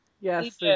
Yes